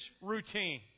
routine